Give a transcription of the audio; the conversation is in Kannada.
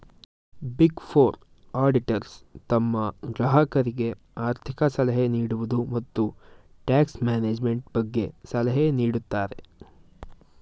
ಬಿಗ್ ಫೋರ್ ಆಡಿಟರ್ಸ್ ತಮ್ಮ ಗ್ರಾಹಕರಿಗೆ ಆರ್ಥಿಕ ಸಲಹೆ ನೀಡುವುದು, ಮತ್ತು ಟ್ಯಾಕ್ಸ್ ಮ್ಯಾನೇಜ್ಮೆಂಟ್ ಬಗ್ಗೆ ಸಲಹೆ ನೀಡುತ್ತಾರೆ